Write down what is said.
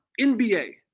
NBA